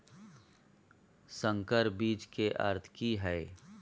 संकर बीज के अर्थ की हैय?